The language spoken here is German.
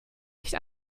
mich